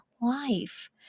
life